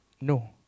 No